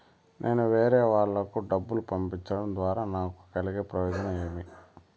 నేను వేరేవాళ్లకు డబ్బులు పంపించడం ద్వారా నాకు కలిగే ప్రయోజనం ఏమి?